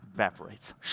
evaporates